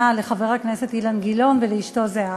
לחבר הכנסת אילן גילאון ולאשתו זהבה.